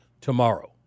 tomorrow